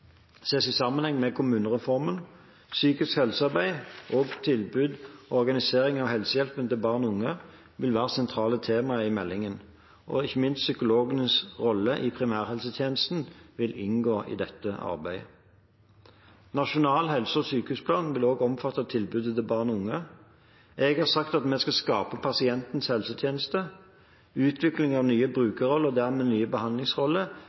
med kommunereformen. Psykisk helsearbeid, også tilbud og organisering av helsehjelpen til barn og unge, vil være sentrale temaer i meldingen. Ikke minst psykologenes rolle i primærhelsetjenesten vil inngå i dette arbeidet. Nasjonal helse- og sykehusplan vil også omhandle tilbudet til barn og unge. Jeg har sagt at vi skal skape pasientenes helsetjenester. Utviklingen av nye